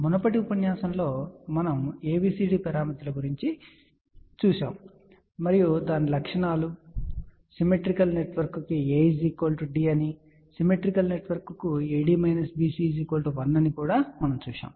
మునుపటి ఉపన్యాసం లో మనము ABCD పారామితులను చూశాము మరియు దాని లక్షణాలు మరియు సిమెట్రికల్ నెట్వర్క్కు A D మరియు సిమెట్రికల్ నెట్వర్క్కు AD BC 1 అని మనము చూశాము